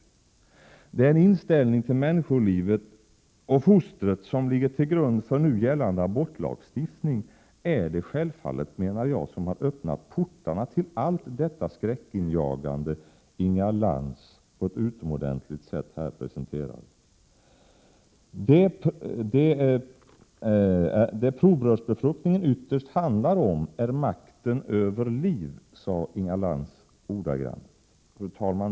Det är självfallet den inställning till mänskligt liv och till fostret som ligger till grund för nu gällande abortlagstiftning som har öppnat portarna till allt det skräckinjagande som Inga Lantz på ett utomordentligt sätt nyss presenterade. Vad provrörsbefruktning ytterst handlar om är makten över livet, sade Inga Lantz.